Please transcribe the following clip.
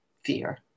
fear